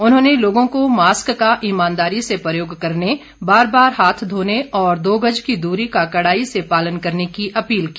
उन्होंने लोगों को मास्क का ईमानदारी से प्रयोग करने बार बार हाथ धोने और दो गज की दूरी का कड़ाई से पालन करने की अपील की